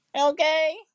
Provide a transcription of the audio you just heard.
Okay